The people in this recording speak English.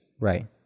right